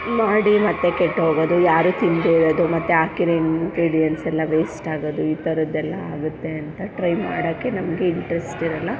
ಮಾಡಿ ಮತ್ತು ಕೆಟ್ಟೋಗೋದು ಯಾರು ತಿಂದೇ ಇರೋದು ಮತ್ತು ಹಾಕಿರೋ ಇನ್ಗ್ರೀಡಿಯನ್ಸೆಲ್ಲ ವೇಸ್ಟಾಗೋದು ಈ ಥರದ್ದೆಲ್ಲ ಆಗುತ್ತೆ ಅಂತ ಟ್ರೈ ಮಾಡೋಕ್ಕೆ ನಮಗೆ ಇಂಟ್ರೆಸ್ಟಿರೋಲ್ಲ